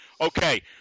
Okay